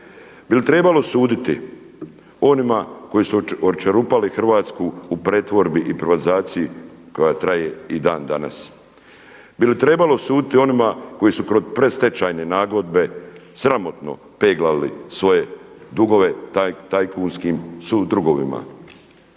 Bi li trebalo suditi onima koji su očerupali Hrvatsku u pretvorbi i privatizaciji koja traje i dan danas? Bi li trebalo suditi onima koji su kroz predstečajne nagodbe sramotno peglali svoje dugove tajkunskim sudrugovima?